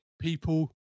people